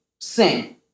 sing